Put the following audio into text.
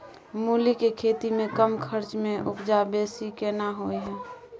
मूली के खेती में कम खर्च में उपजा बेसी केना होय है?